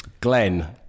Glenn